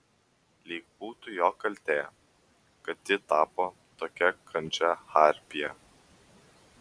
lyg būtų jo kaltė kad ji tapo tokia kandžia harpija